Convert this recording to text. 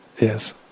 Yes